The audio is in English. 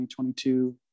2022